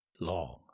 long